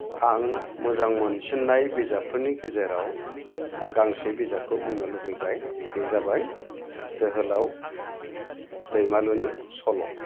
आं मोजां मोनसिननाय बिजाबफोरनि गेजेराव आं गांसे बिजाबखौ बुंनो लुबैबाय बे जाबाय जोहोलाव दैमालुनि सल'